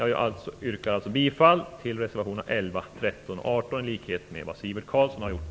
Jag yrkar alltså bifall till reservationerna 11, 13 och 18 i likhet med vad Sivert Carlsson har gjort.